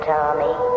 Tommy